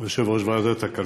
יושב-ראש ועדת הכלכלה.